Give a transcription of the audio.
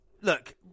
Look